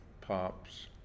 pops